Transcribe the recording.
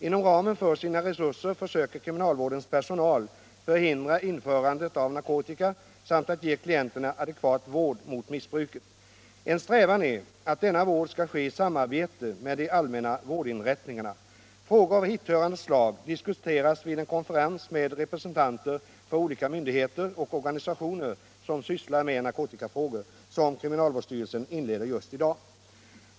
Inom ramen för sina resurser försöker 23 november 1976 kriminalvårdens personal att förhindra införandet av narkotika samt att ge klienterna adekvat vård mot missbruket. En strävan är att denna Om åtgärder mot vård skall ske i samarbete med de allmänna vårdinrättningarna. Frågor — narkotikamissbruav hithörande slag diskuteras vid en konferens med representanter för = ket olika myndigheter och organisationer som sysslar med narkotikafrågor som kriminalvårdsstyrelsen inleder just i dag.